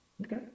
Okay